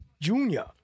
Junior